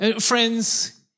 Friends